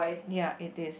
ya it is